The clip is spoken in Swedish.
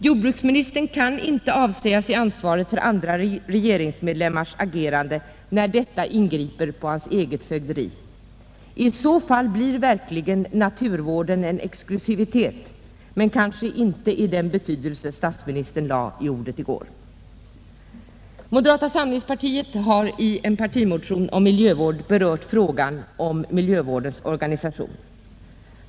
Jordbruksministern kan inte avsäga sig ansvaret för andra regeringsmedlemmars agerande, när detta griper in på hans eget fögderi. I så fall blir naturvården verkligen en exklusivitet, men kanske inte i den betydelse statsministern lade i ordet i går. Moderata samlingspartiet har i en partimotion om miljövård berört frågan om miljövårdens organisation.